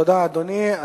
תודה, אדוני.